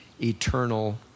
eternal